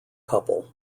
couple